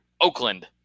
Oakland